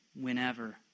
whenever